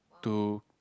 to